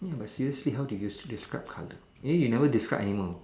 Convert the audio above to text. ya but seriously how do you describe colour eh you never describe animal